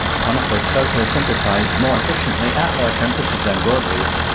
conifers photosynthesise more efficiently at lower temperatures than broadleafs,